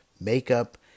makeup